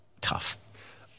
tough